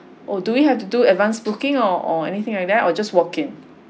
oh do we have to do advanced booking or or anything like that or just walk in